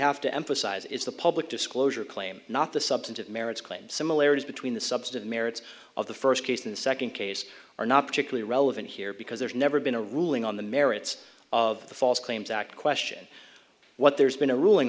have to emphasize is the public disclosure claim not the substantive merits claim similarities between the substance merits of the first case and the second case are not particularly relevant here because there's never been a ruling on the merits of the false claims act question what there's been a ruling